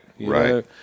right